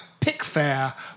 Pickfair